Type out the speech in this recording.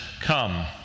Come